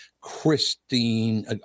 Christine